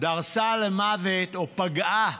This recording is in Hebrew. דרסה למוות, או פגעה,